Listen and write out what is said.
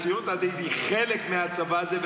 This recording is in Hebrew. הציונות הדתית היא חלק מהצבא הזה,